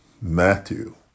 Matthew